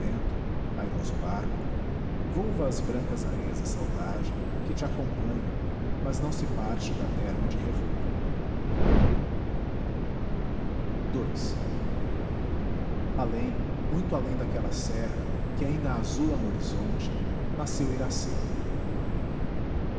vento airoso barco volva às brancas areias a saudade que te acompanha mas não se parte da terra onde revoa além muito além daquela serra que ainda azula no horizonte nasceu iracema